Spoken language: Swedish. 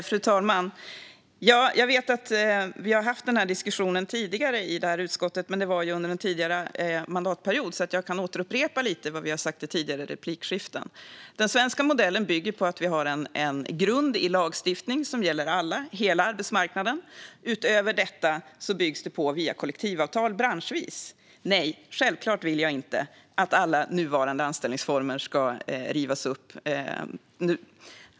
Fru talman! Vi har haft den här diskussionen tidigare i utskottet, men det var under en tidigare mandatperiod, så jag kan upprepa lite vad vi har sagt i tidigare replikskiften. Den svenska modellen bygger på att vi har en grund i lagstiftning som gäller alla, hela arbetsmarknaden. Utöver detta byggs det på branschvis via kollektivavtal. Nej, självklart vill jag inte att alla nuvarande anställningsformer ska rivas upp.